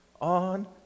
on